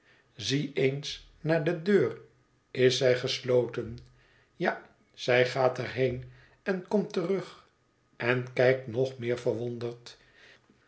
zie eens naar de deur is zij gesloten ja zij gaat er heen en komt terug en kijkt nog meer verwonderd